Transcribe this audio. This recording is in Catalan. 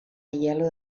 aielo